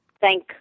Thank